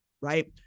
right